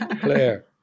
Claire